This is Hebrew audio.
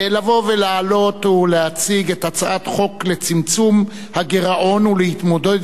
לבוא ולעלות ולהציג את הצעת חוק לצמצום הגירעון ולהתמודדות